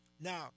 Now